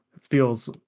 feels